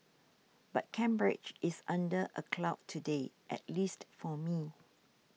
but Cambridge is under a cloud today at least for me